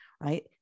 right